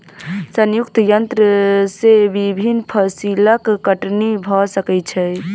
संयुक्तक यन्त्र से विभिन्न फसिलक कटनी भ सकै छै